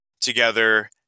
together